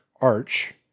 arch